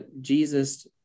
Jesus